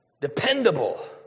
dependable